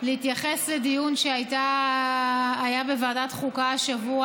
ולהתייחס לדיון שהיה בוועדת חוקה השבוע